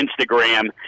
Instagram